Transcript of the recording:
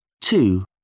Two